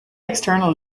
external